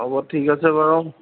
হ'ব ঠিক আছে বাৰু